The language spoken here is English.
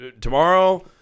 Tomorrow